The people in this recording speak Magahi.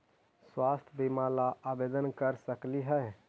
स्वास्थ्य बीमा ला आवेदन कर सकली हे?